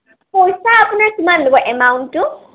পইচা আপোনাৰ কিমান ল'ব এমাউণ্টটো